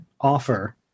offer